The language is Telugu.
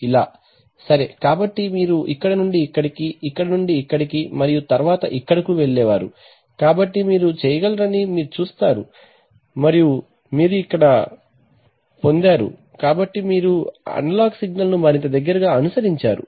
ఇలా సరే కాబట్టి మీరు ఇక్కడ నుండి ఇక్కడికి ఇక్కడి నుండి ఇక్కడికి మరియు తరువాత ఇక్కడకు వెళ్ళేవారు కాబట్టి మీరు చేయగలరని మీరు చూస్తారు మరియు మీరు ఇక్కడ ఇక్కడ మరియు ఇక్కడ పొందారు కాబట్టి మీరు అనలాగ్ సిగ్నల్ను మరింత దగ్గరగా అనుసరించారు